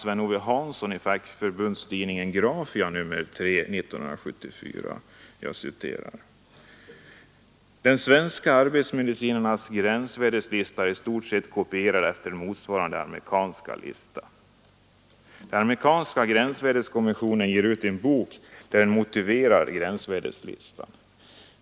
Sven Ove Hansson i fackförbundstidningen Grafia nr 3 år 1974: ”De svenska arbetsmedicinarnas gränsvärdeslista är i stort sett kopierad efter den motsvarande amerikanska listan. Den amerikanska gränsvärdeskommissionen ger ut en bok, där den motiverar gränsvärdeslistan.